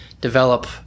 develop